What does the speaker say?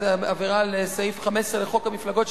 זו עבירה על סעיף 15 לחוק המפלגות,